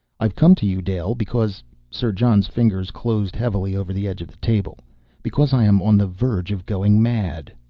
i've come to you. dale, because sir john's fingers closed heavily over the edge of the table because i am on the verge of going mad.